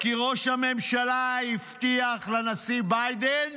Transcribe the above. כי ראש הממשלה הבטיח לנשיא ביידן